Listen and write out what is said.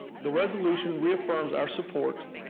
the resolution reaffirms our support